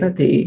thì